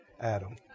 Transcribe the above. Adam